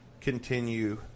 continue